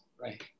right